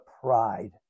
pride